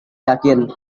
yakin